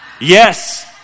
Yes